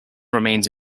remained